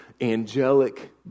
angelic